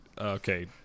okay